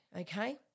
okay